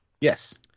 yes